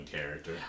character